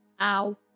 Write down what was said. Ow